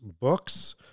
books